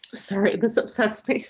sorry this upsets me.